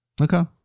Okay